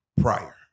prior